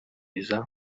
visa